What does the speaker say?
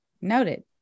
Noted